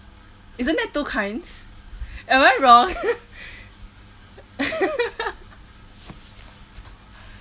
isn't there two kinds am I wrong